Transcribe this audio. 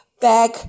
back